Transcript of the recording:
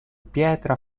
pietra